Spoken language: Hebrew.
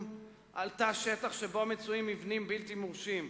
על תא שטח שבו מצויים מבנים בלתי מורשים.